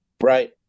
Right